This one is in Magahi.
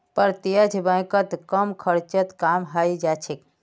प्रत्यक्ष बैंकत कम खर्चत काम हइ जा छेक